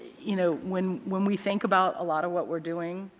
you know, when when we think about a lot of what we are doing,